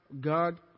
God